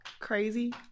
Crazy